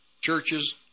churches